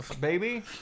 baby